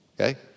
okay